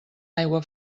aigua